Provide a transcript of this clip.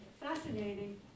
fascinating